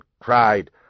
cried